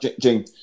Jing